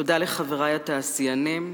תודה לחברי התעשיינים,